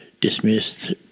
dismissed